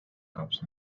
shops